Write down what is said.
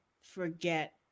forget